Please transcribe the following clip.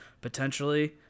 potentially